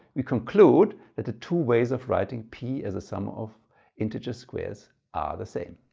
we conclude that the two ways of writing p as a sum of integer squares are the same.